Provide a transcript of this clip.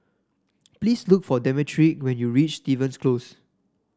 please look for Demetric when you reach Stevens Close